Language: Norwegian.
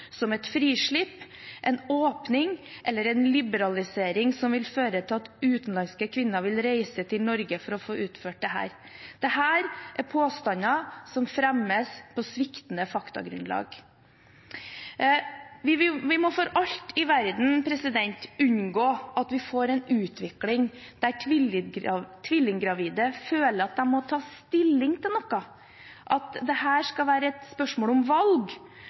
som et frislipp, en åpning eller en liberalisering som vil føre til at utenlandske kvinner vil reise til Norge for å få utført dette. Dette er påstander som fremmes på sviktende faktagrunnlag. Vi må for alt i verden unngå at vi får en utvikling der tvillinggravide føler at de må ta stilling til noe, at dette skal være et spørsmål om valg.